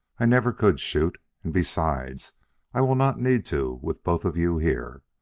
i never could shoot and besides i will not need to with both of you here.